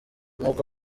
nk’uko